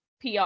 PR